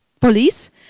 police